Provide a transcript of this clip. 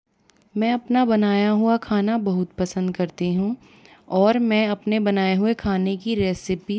मैं अपना बनाया हुआ खाना बहुत पसंद करती हूँ और मैं अपने बनाए हुए खाने की रेसिपिस को